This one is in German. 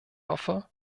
hoffe